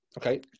Okay